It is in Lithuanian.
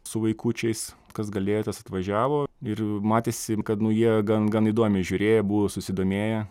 su vaikučiais kas galėjo tas atvažiavo ir matėsi kad nu jie gan gan įdomiai žiūrėjo buvo susidomėję